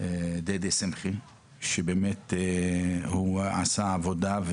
דדי שמחי שעשה עבודה.